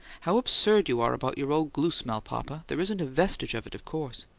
how absurd you are about your old glue smell, papa! there isn't a vestige of it, of course.